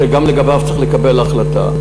שגם לגביו צריך לקבל החלטה.